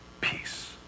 peace